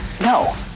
no